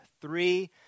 three